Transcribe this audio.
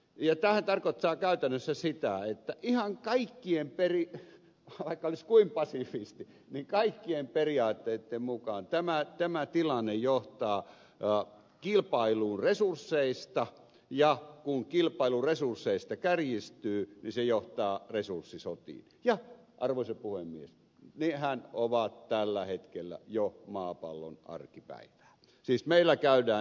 tämähän tarkoittaa käytännössä sitä että vaikka olisi kuinka pasifisti ihan kaikkien periaatteitten mukaan tämä tilanne johtaa kilpailuun resursseista ja kun kilpailu resursseista kärjistyy niin se johtaa resurssisotiin ja arvoisa puhemies nehän ovat tällä hetkellä jo maapallon arkipäivää siis meillä käydään resurssisotia